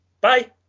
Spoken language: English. Bye